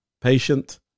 patient